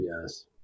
Yes